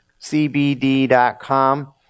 CBD.com